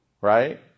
right